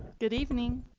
good evening.